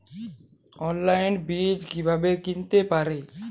অনলাইনে বীজ কীভাবে কিনতে পারি?